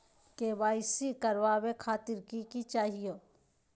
KYC करवावे खातीर कि कि चाहियो?